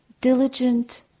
diligent